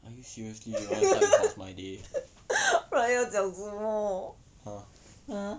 are you seriously how's my day !huh!